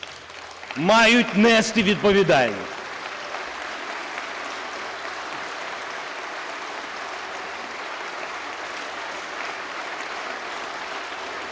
мають нести відповідальність.